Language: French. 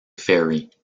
ferry